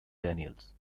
daniels